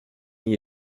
n’y